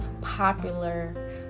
popular